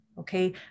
Okay